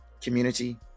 community